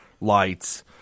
lights